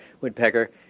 woodpecker